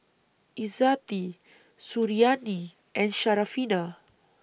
Izzati Suriani and Syarafina